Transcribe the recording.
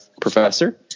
professor